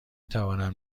توانم